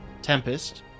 Tempest